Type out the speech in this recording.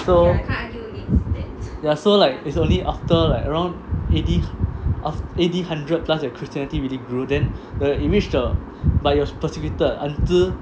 so ya so like it's only after like around eighty eighty hundred plus with christianity already grew then it reached the but he was persecuted until